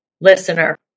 listener